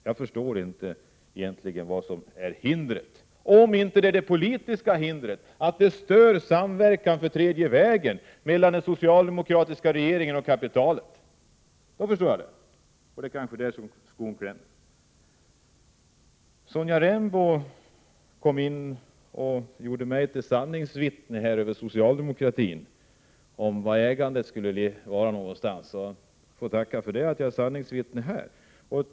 Jag förstår inte vad som är hindret, om det inte är det politiska hindret att det stör samverkan för tredje vägen mellan den socialdemokratiska regeringen och kapitalet. Då förstår jag det, och det kanske är där skon klämmer. Sonja Rembo gjorde mig till sanningsvittne när det gäller socialdemokra tin och var ägandet skulle vara någonstans. Jag får tacka för det.